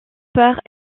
père